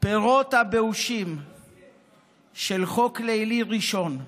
פירות באושים של חוק לילי ראשון,